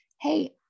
hey